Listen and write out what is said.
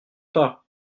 pas